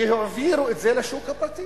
העבירו את זה לשוק הפרטי,